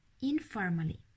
informally